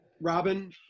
Robin